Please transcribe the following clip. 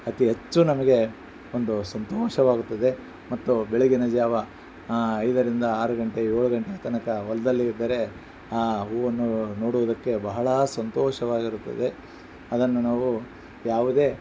ಅತೀ ಹೆಚ್ಚು ನಮಗೆ ಒಂದು ಸಂತೋಷವಾಗುತ್ತದೆ ಮತ್ತು ಬೆಳಗಿನ ಜಾವ ಐದರಿಂದ ಆರು ಗಂಟೆ ಏಳು ಗಂಟೆಯ ತನಕ ಹೊಲ್ದಲ್ಲಿ ಇದ್ದರೆ ಹೂವನ್ನು ನೋಡುವುದಕ್ಕೆ ಬಹಳ ಸಂತೋಷವಾಗಿರುತ್ತದೆ ಅದನ್ನು ನಾವು ಯಾವುದೇ